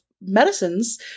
medicines